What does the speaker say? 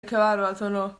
cyfarfod